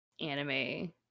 anime